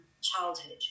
childhood